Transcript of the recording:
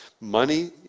money